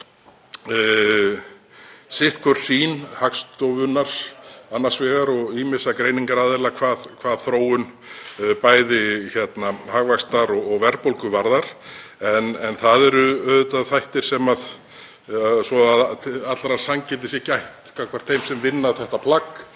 sitthvor sýn Hagstofunnar annars vegar og ýmissa greiningaraðila hvað þróun bæði hagvaxtar og verðbólgu varðar en það eru auðvitað þættir sem, svo að allrar sanngirni sé gætt gagnvart þeim sem vinna þetta plagg